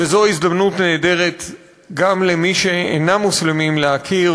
וזו הזדמנות נהדרת גם למי שאינם מוסלמים להכיר